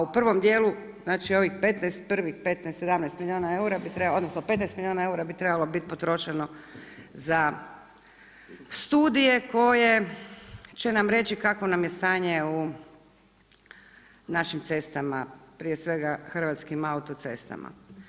U prvom dijelu znači ovih 15, prvih 15, 17 milijuna eura, odnosno 15 milijuna eura bi trebalo biti potrošeno za studije koje će nam reći kakvo nam je stanje u našim cestama, prije svega Hrvatskim autocestama.